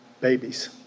babies